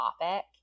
topic